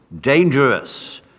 dangerous